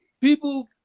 people